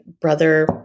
brother